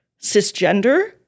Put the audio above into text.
cisgender